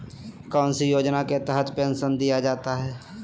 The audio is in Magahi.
कौन सी योजना के तहत पेंसन दिया जाता है?